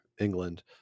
England